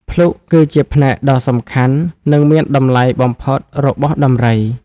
ភ្លុកគឺជាផ្នែកដ៏សំខាន់ និងមានតម្លៃបំផុតរបស់ដំរី។